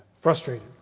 frustrated